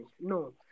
No